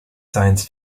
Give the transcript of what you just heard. science